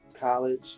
college